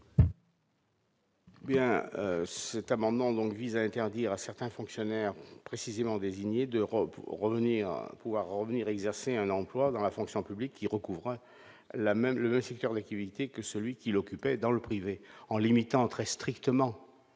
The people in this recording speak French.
Bien cet amendement donc vise à interdire à certains fonctionnaires précisément désignés d'Europe pour revenir au pouvoir revenir exercer un emploi dans la fonction publique qui recouvre la même le secteur l'équité que celui qu'il occupait dans le privé en limitant très strictement